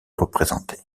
représenté